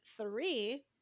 three